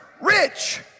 rich